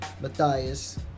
Matthias